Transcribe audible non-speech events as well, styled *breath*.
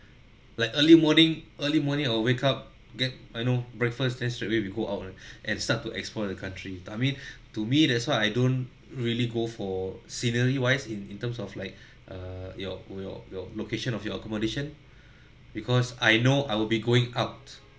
like early morning early morning I'll wake up get I know breakfast then straightaway we go out *breath* and start to explore the country I mean *breath* to me that's why I don't really go for scenery wise in in terms of like err your your your location of your accommodation because I know I will be going out